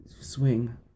Swing